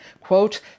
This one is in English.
quote